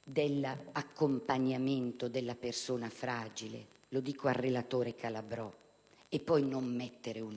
dell'accompagnamento della persona fragile - relatore Calabrò - e poi non prevedere un